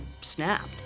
snapped